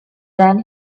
then